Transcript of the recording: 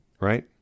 right